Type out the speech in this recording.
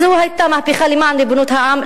זו היתה מהפכה למען ריבונות העם,